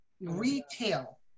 retail